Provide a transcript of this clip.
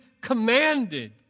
commanded